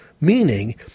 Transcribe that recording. Meaning